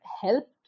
helped